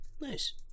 Nice